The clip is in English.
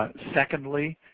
ah secondly,